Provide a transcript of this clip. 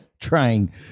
trying